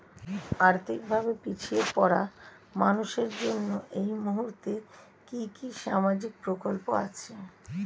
আর্থিক ভাবে পিছিয়ে পড়া মানুষের জন্য এই মুহূর্তে কি কি সামাজিক প্রকল্প আছে?